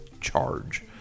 charge